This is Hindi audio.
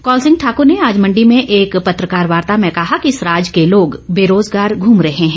कौल सिंह ठाकुर ने आज मण्डी में एक पत्रकार वार्ता में कहा कि सराज के लोग बेरोजगार घूम रहे हैं